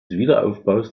wiederaufbaus